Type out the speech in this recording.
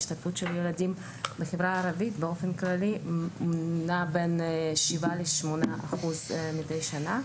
ההשתתפות של הילדים בחברה הערבית באופן כללי נעה בין 7% ל-8% מדי שנה.